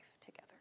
together